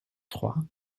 trois